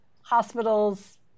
hospitals